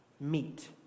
meet